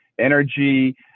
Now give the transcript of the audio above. energy